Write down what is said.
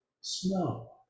snow